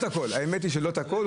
האמת היא שלא את הכול.